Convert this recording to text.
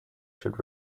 should